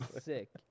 sick